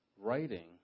writing